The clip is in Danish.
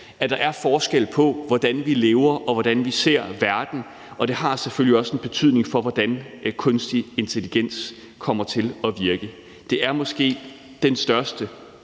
at der er forskel på, hvordan vi lever, og hvordan vi ser verden, og at det selvfølgelig også har en betydning for, hvordan den kunstige intelligens kommer til at virke. Det er måske den største